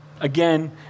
again